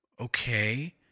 okay